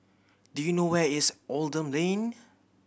do you know where is Oldham Lane